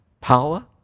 power